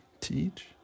teach